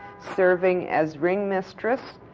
serving as ring-mistress,